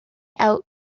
out